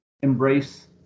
embrace